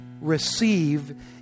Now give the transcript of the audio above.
receive